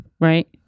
right